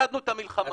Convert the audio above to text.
הפסדנו את המלחמה.